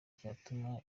cyatuma